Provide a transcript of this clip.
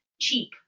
Cheap